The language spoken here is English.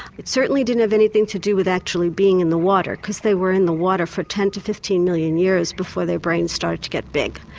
it certainly didn't have anything to do with actually being in the water, because they were in the water for ten to fifteen million years before their brains started to get big.